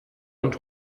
und